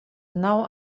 now